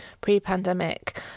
pre-pandemic